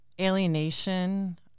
alienation